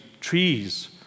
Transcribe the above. trees